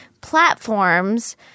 platforms